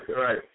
right